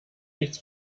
nichts